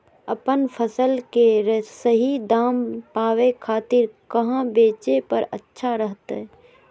अपन फसल के सही दाम पावे खातिर कहां बेचे पर अच्छा रहतय?